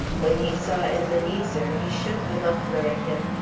when he saw ebenezer, he shook the muffler at him,